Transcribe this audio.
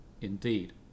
indeed